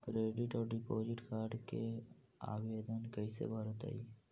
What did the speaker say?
Credit और debit card के आवेदन कैसे भरैतैय?